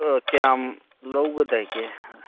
ꯑꯥ ꯀꯌꯥꯝ ꯂꯧꯒꯗꯒꯦ